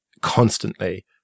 constantly